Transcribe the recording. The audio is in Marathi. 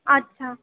अच्छा